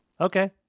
Okay